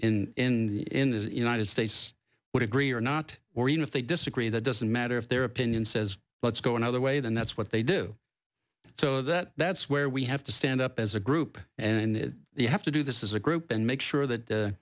in united states would agree or not or even if they disagree that doesn't matter if their opinion says let's go another way then that's what they do so that that's where we have to stand up as a group and you have to do this is a group and make sure that